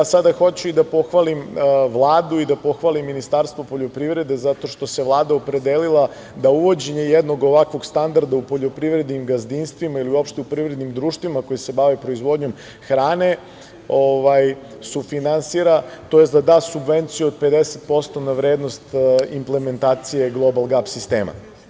Ja sada hoću i da pohvalim Vladu i da pohvalim Ministarstvo poljoprivrede, zato što se Vlada opredelila da uvođenje jednog ovakvog standarda u poljoprivrednim gazdinstvima ili uopšte u poljoprivrednim društvima koja se bave proizvodnjom hrane sufinansira, tj. da da subvenciju od 50% na vrednost implementacije Global GAP sistema.